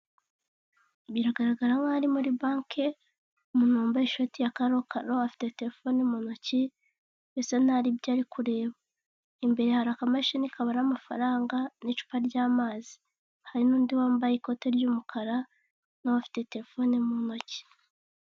Biragaragara ko ari muri banki umuntu wambaye ishati ya sharokara afite telefoni mu ntoki bisa nkaho hari ibyo ari kureba, imbere hari akamashini kabamo amafaranga n'icupa ry'amazi. Hari n'undi wambaye ikoti ry'umukara n'abafite telefone mu ntoki.